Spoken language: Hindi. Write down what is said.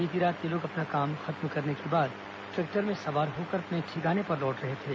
बीती रात ये लोग अपना काम खत्म करने के बाद ट्रैक्टर में सवार होकर अपने ठिकाने पर लौट रहे थे